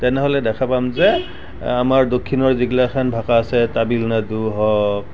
তেনেহ'লে দেখা পাম যে আমাৰ দক্ষিণৰ যিগিলাখেন ভাষা আছে তামিলনাডু হওক